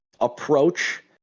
approach